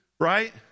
Right